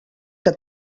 que